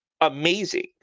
amazing